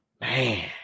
Man